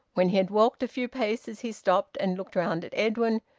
when he had walked a few paces, he stopped and looked round at edwin,